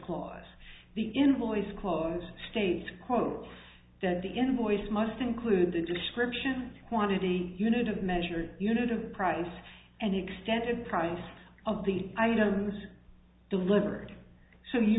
invoice clause states quote that the invoice must include a description quantity unit of measure unit of price and extended price of the items delivered so you